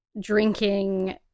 drinking